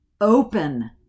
open